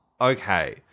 okay